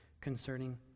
concerning